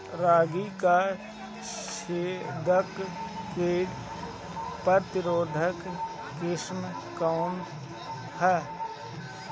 रागी क छेदक किट प्रतिरोधी किस्म कौन ह?